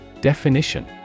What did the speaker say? Definition